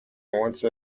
once